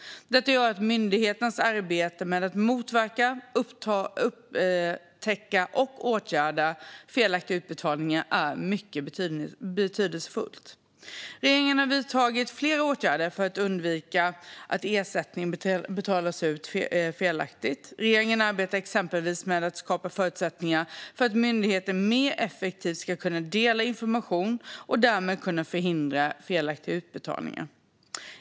Det gör att myndighetens arbete med att motverka, upptäcka och åtgärda felaktiga utbetalningar är mycket betydelsefullt. Regeringen har vidtagit flera åtgärder för att undvika att ersättning betalas ut felaktigt. Regeringen arbetar exempelvis med att skapa förutsättningar för att myndigheter mer effektivt ska kunna dela information och därmed kunna förhindra felaktiga utbetalningar.